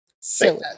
silly